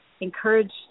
encouraged